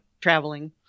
traveling